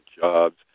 jobs